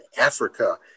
Africa